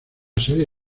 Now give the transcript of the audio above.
serie